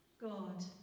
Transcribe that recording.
God